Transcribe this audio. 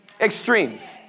extremes